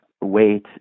Wait